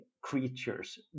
creatures